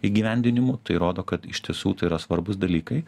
įgyvendinimu tai rodo kad iš tiesų tai yra svarbūs dalykai